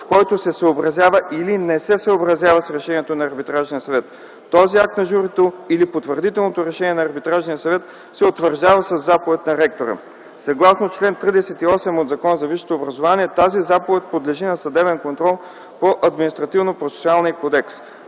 в който се съобразява или не се съобразява с решението на Арбитражния съвет. Този акт на журито или потвърдителното решение на Арбитражния съвет се утвърждава със заповед на ректора. Съгласно чл. 38 от Закона за висшето образование тази заповед подлежи на съдебен контрол по Административнопроцесуалния кодекс.